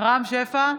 רם שפע,